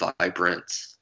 vibrant